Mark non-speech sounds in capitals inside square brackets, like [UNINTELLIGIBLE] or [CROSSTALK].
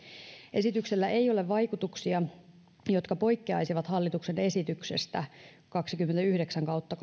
esityksellä ei ole vaikutuksia jotka poikkeaisivat hallituksen esityksestä kaksikymmentäyhdeksän kautta [UNINTELLIGIBLE]